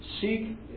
Seek